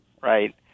right